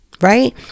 Right